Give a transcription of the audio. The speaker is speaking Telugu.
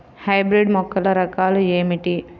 హైబ్రిడ్ మొక్కల రకాలు ఏమిటి?